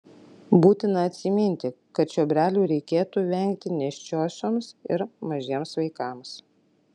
būtina atsiminti kad čiobrelių reikėtų vengti nėščiosioms ir mažiems vaikams